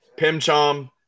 Pimchom